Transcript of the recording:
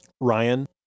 Ryan